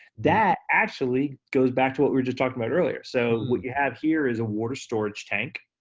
that actually goes back to what we were just talking about earlier. so what you have here is a water storage tank,